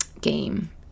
game